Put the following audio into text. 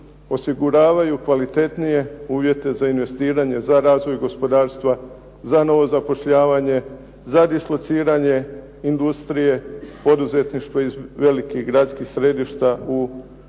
osiguravaju kvalitetnije uvijete za investiranje, za razvoj gospodarstva, za novo zapošljavanje, za dislociranje industrije, poduzetništva iz velikih gradskih središta u periferne